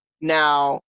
Now